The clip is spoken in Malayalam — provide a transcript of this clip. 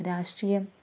രാഷ്ട്രീയം